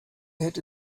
hätte